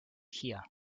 here